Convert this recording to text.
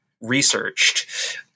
researched